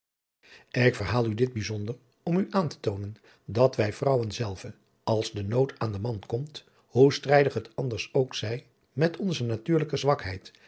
ik verhaal u dit bijjzonder om u aan te toonen dat wij vrouwen zelve als de nood aan den man komt hoe strijdig het anders ook zij niet onze natuurlijke zwakheid